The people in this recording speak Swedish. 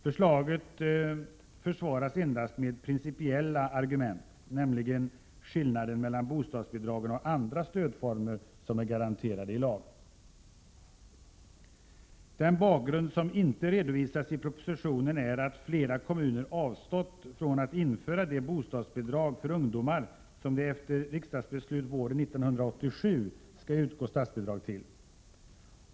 Förslaget försvaras endast med principiella argument, nämligen skillnaden mellan bostadsbidragen och andra stödformer som är garanterade i lag. Den bakgrund som inte redovisas i propositionen är att flera kommuner avstått från att införa det bostadsbidrag för ungdomar som det efter riksdagsbeslut våren 1987 skall utgå statsbidrag till.